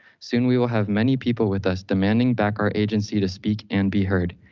soon we will have many people with us demanding back our agency to speak and be heard.